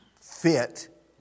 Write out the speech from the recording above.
fit